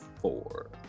four